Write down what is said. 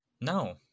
No